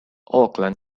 auckland